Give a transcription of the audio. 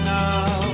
now